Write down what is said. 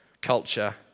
culture